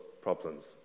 problems